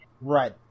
Right